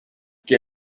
que